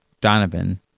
Donovan